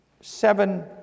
seven